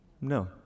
No